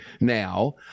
now